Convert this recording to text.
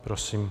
Prosím.